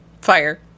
fire